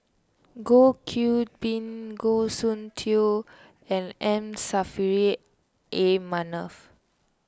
Goh Qiu Bin Goh Soon Tioe and M Saffri A Manaf